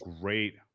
great